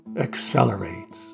accelerates